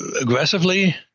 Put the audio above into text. aggressively